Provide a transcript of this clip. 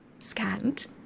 Scant